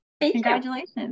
Congratulations